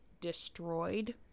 destroyed